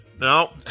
No